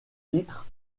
titre